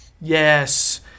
Yes